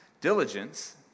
diligence